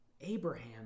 Abraham